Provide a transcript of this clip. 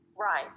Right